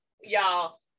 y'all